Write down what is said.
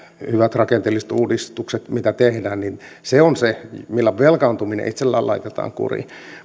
hyvät rakenteelliset uudistukset mitä tehdään ovat se millä velkaantuminen itsellään laitetaan kuriin